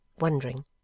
wondering